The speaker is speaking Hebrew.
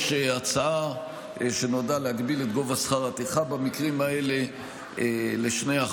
יש הצעה שנועדה להגביל את גובה שכר הטרחה במקרים האלה ל-2%,